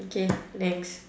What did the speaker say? okay next